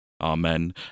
Amen